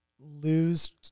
lose